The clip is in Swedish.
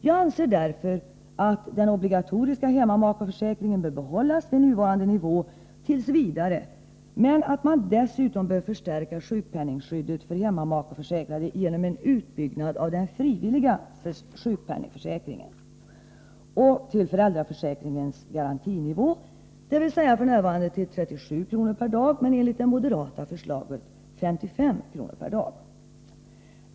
Jag anser därför att den obligatoriska hemmamakeförsäkringen t. v. bör behållas vid nuvarande nivå, men att man dessutom bör förstärka sjukpenningskyddet för hemmamakeförsäkrade genom en utbyggnad av den frivilliga sjukpenningförsäkringen till föräldraförsäkringens garantinivå, f.n. 37 kr. per dag men enligt det moderata förslaget 55 kr. per dag.